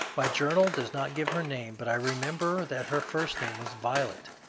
my journal does not give her name, but i remember that her first name was violet.